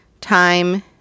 time